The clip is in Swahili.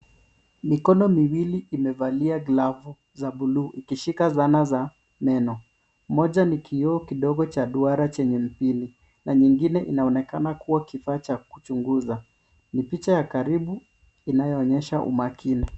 Mikono miwili imevalia glavu za bluu ikishika zana za meno. Moja ni kioo kidogo cha duara chenye mpini na nyingine inaonekana kuwa kifaa cha kuchunguza. Ni picha ya karibu inayoonyesha umakini.